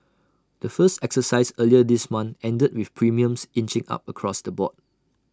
the first exercise earlier this month ended with premiums inching up across the board